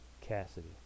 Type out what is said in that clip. Cassidy